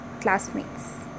classmates